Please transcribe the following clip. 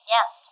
Yes